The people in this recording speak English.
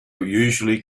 usually